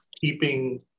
keeping